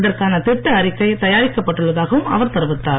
இதற்கான திட்ட அறிக்கை தயாரிக்கப் பட்டுள்ளதாகவும் அவர் தெரிவித்தார்